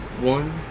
one